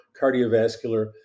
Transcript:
cardiovascular